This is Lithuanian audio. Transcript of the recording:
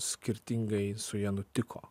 skirtingai su ja nutiko